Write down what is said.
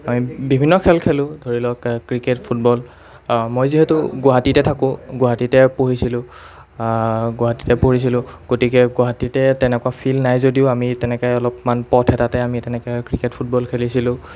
আমি বিভিন্ন খেল খেলোঁ ধৰি লওক ক্ৰিকেট ফুটবল মই যিহেতু গুৱাহাটীতে থাকোঁ গুৱাহাটীতে পঢ়িছিলোঁ গুৱাহাটীতে পঢ়িছিলোঁ গতিকে গুৱাহাটীতে তেনেকুৱা ফিল্ড নাই যদিও আমি তেনেকৈ অলপমান পথ এটাতে আমি তেনেকৈ ক্ৰিকেট ফুটবল খেলিছিলোঁ